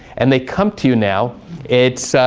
and they come to you now it's